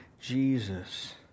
Jesus